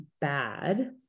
bad